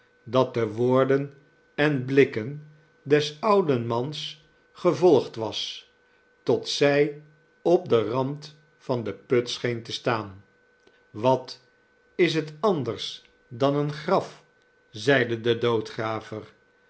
dat de woorden en blikken des ouden mans gevolgd was tot zij op den rand van den put scheen te staan wat is het anders dan een graf zeide de